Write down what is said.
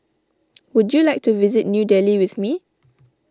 would you like to visit New Delhi with me